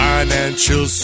Financial